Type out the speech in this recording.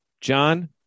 John